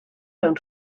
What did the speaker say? mewn